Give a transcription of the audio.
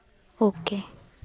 okay